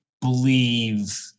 believe